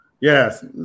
Yes